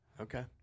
Okay